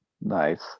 Nice